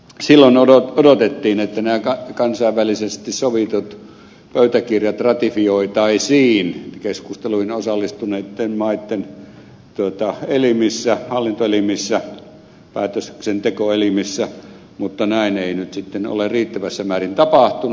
silloin odotettiin että nämä kansainvälisesti sovitut pöytäkirjat ratifioitaisiin keskusteluihin osallistuneitten maitten elimissä hallintoelimissä päätöksentekoelimissä mutta näin ei nyt sitten ole riittävässä määrin tapahtunut